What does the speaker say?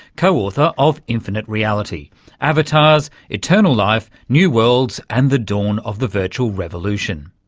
co-author of infinite reality avatars, eternal life, new worlds and the dawn of the virtual revolution.